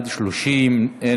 התשע"ו 2016, לוועדת הכלכלה נתקבלה.